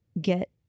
get